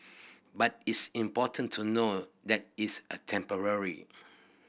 but it's important to know that is temporary